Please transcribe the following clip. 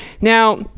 Now